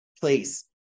please